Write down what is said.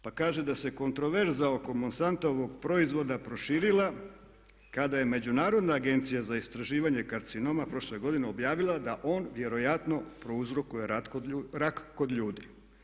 Pa kaže da se kontroverza oko Montsantovog proizvoda proširila kada je Međunarodna agencija za istraživanje karcinoma prošle godine objavila da on vjerojatno prouzrokuje rak kod ljudi.